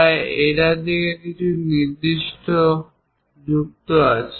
তাই এই দিকেও কিছু নির্দিষ্ট ডাইমেনশন যুক্ত রয়েছে